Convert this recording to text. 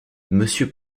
monsieur